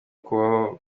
kubaho